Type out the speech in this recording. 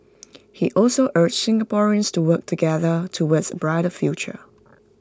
he also urged Singaporeans to work together towards A brighter future